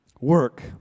Work